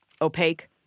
opaque